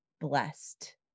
blessed